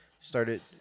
started